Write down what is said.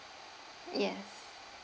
yes